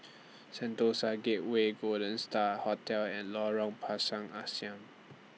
Sentosa Gateway Golden STAR Hotel and Lorong Pisang Asam